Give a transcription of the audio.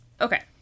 okay